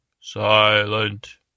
silent